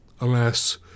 Alas